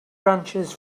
branches